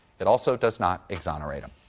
it also does not exonerate him.